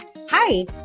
Hi